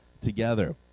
together